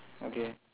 okay